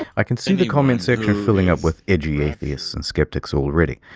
i can see the comments section filling up with edgy atheists and skeptics already.